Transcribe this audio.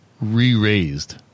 re-raised